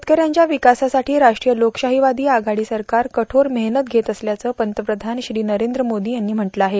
शेतकऱ्यांच्या विकासासाठी राष्ट्रीय लोकशाहीवादी आघाडी सरकार कठोर मेहनत घेत असल्याचं पंतप्रधान श्री नरेंद्र मोदी यांनी म्हटलं आहे